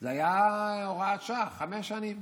זה היה הוראת שעה לחמש שנים.